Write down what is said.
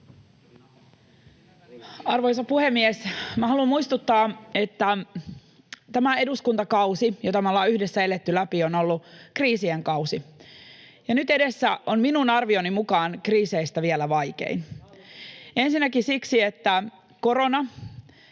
Arvoisa puhemies! Minä haluan muistuttaa, että tämä eduskuntakausi, jota me ollaan yhdessä eletty läpi, on ollut kriisien kausi. Nyt edessä on minun arvioni mukaan kriiseistä vielä vaikein, [Oikealta: Hallituskriisi!]